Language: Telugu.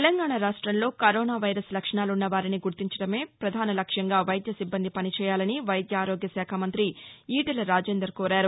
తెలంగాణా రాష్ట్రంలో కరోనా వైరస్ లక్షణాలున్న వారిని గుర్తించడమే పధాన లక్ష్యంగా వైద్య సిబ్బంది పనిచేయాలని వైద్య ఆరోగ్య శాఖ మంతి ఈటెల రాజేందర్ కోరారు